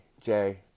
Jay